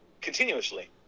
continuously